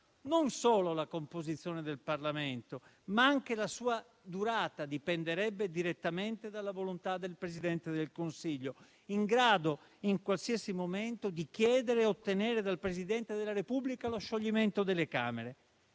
Non solo la composizione del Parlamento, ma anche la sua durata dipenderebbe direttamente dalla volontà del Presidente del Consiglio, in grado, in qualsiasi momento, di chiedere e ottenere dal Presidente della Repubblica lo scioglimento delle Camere.